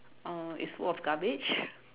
uh it's full of garbage